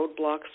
roadblocks